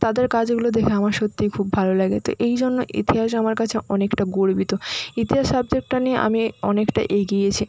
তাদের কাজগুলো দেখে আমার সত্যিই খুব ভালো লাগে তো এই জন্য ইতিহাসও আমার কাছে অনেকটা গর্বিত ইতিহাস সাবজেক্টটা নিয়ে আমি অনেকটা এগিয়েছি